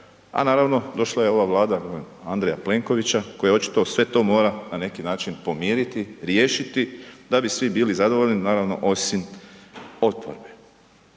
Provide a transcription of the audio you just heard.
a naravno došla je ova Vlada Andreja Plenkovića koja očito sve to mora na neki način pomiriti, riješiti da bi svi bili zadovoljni, naravno osim oporbe.